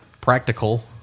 practical